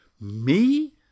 Me